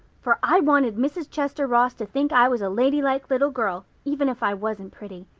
for i wanted mrs. chester ross to think i was a ladylike little girl even if i wasn't pretty.